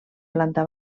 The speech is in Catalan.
planta